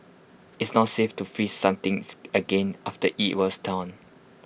IT is not safe to freeze something again after IT was thawed